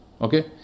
okay